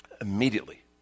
immediately